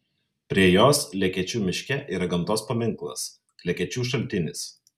prie jos lekėčių miške yra gamtos paminklas lekėčių šaltinis